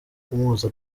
kumuhoza